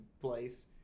place